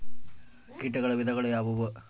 ಕೇಟಗಳ ವಿಧಗಳು ಯಾವುವು?